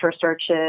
searches